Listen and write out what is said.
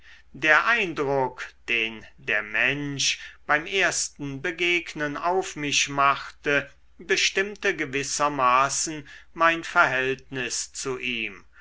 der eindruck den der mensch beim ersten begegnen auf mich machte bestimmte gewissermaßen mein verhältnis zu ihm